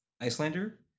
Icelander